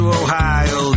ohio